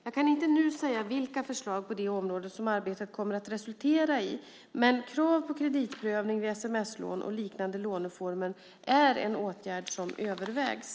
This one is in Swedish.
Jag kan inte nu säga vilka förslag på det området som arbetet kommer att resultera i, men krav på kreditprövning vid sms-lån och liknande låneformer är en åtgärd som övervägs.